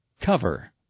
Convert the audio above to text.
Cover